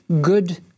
good